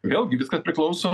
vėlgi viskas priklauso